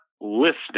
listening